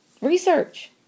Research